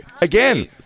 Again